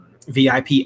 VIP